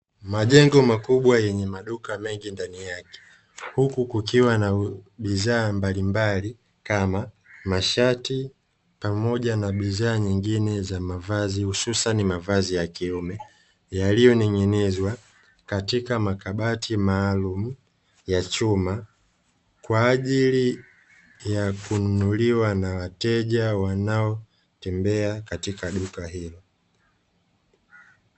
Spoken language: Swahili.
Majengo makubwa yenye maduka mengi ndani yake. Huku kukiwa na bidhaa mbalimbali kama: mashati pamoja na bidhaa nyingine za mavazi, hususani mavazi ya kiume, yaliyoning'inizwa katika makabati maalumu ya chuma, kwaajili ya kununuliwa na wateja wanaotembea katika duka hilo.